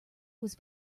was